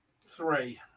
Three